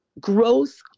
growth